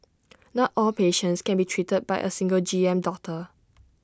not all patients can be treated by A single G M doctor